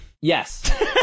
Yes